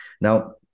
Now